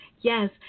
Yes